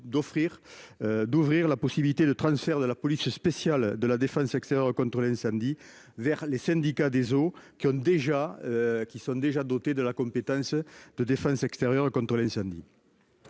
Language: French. d'ouvrir la possibilité de transfert de la police spéciale de la défense extérieure contre l'incendie vers les syndicats des eaux qui sont déjà dotés de la compétence de défense extérieure contre l'incendie.